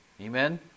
Amen